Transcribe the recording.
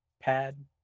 pad